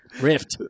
rift